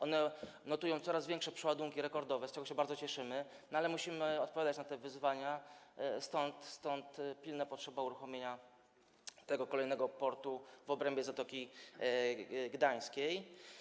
One notują coraz większe przeładunki, rekordowe, z czego się bardzo cieszymy, ale musimy odpowiadać na te wyzwania, stąd pilna potrzeba uruchomienia tego kolejnego portu w obrębie Zatoki Gdańskiej.